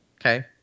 Okay